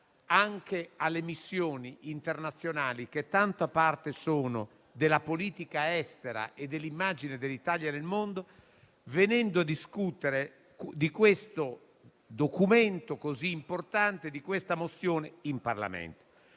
dignità alle missioni internazionali, che tanta parte sono della politica estera e dell'immagine dell'Italia nel mondo, proprio venendo a discutere di questo documento così importante e di questa risoluzione in Parlamento.